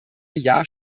jahr